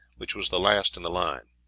which was the last in the line.